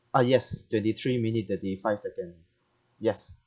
ah yes twenty three minute thirty five second yes